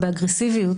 באגרסיביות,